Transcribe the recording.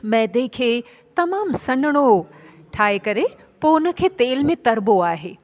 मैदे खे तमामु सन्हड़ो ठाहे करे पोइ हुनखे तेल में तरिबो आहे